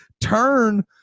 turn